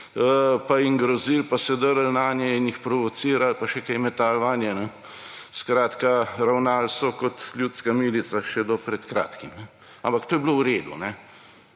pa jim grozili, pa se drli nanje in jih provocirali pa še kaj metali vanje. Skratka, ravnali so kot ljudska milica še do pred kratkim. Ampak to je bilo v redu.